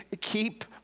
keep